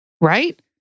right